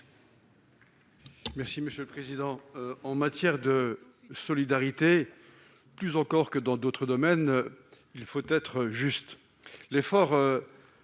M. Jean-Marie Mizzon. En matière de solidarité plus encore que dans d'autres domaines, il faut être juste. L'effort